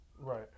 Right